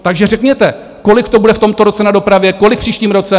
Takže řekněte, kolik to bude v tomto roce na dopravě, kolik v příštím roce?